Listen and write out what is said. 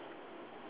ya